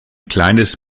kleines